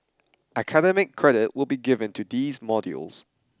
academic credit will be given to these modules